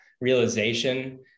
realization